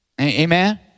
Amen